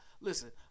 listen